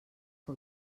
que